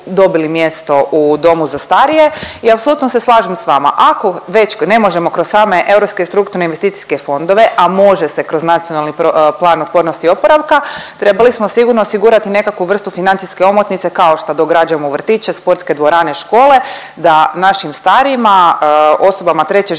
dobili mjesto u domu za starije i apsolutno se slažem s vama. Ako već ne možemo kroz same europske i strukturne investicijske fondove, a može se kroz Nacionalni plan otpornosti i oporavka, trebali smo sigurno osigurati nekakvu vrstu financijske omotnice kao što dograđujemo vrtiće, sportske dvorane, škole da našim starijima, osobama treće životne